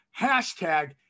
hashtag